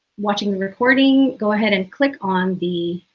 watching the recording, go ahead and click on the